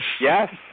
Yes